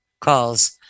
calls